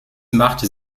machte